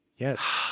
Yes